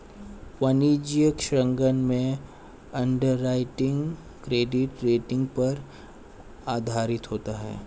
वाणिज्यिक ऋण में अंडरराइटिंग क्रेडिट रेटिंग पर आधारित होता है